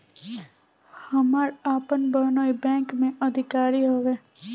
हमार आपन बहिनीई बैक में अधिकारी हिअ